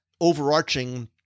overarching